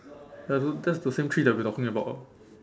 I don't that's the same three that we're talking about ah